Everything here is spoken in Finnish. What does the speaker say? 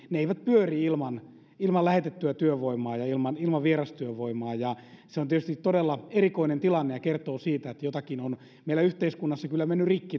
jotka eivät pyöri ilman ilman lähetettyä työvoimaa ja ilman ilman vierastyövoimaa ja se on tietysti todella erikoinen tilanne ja kertoo siitä että jotakin on meillä yhteiskunnassa kyllä mennyt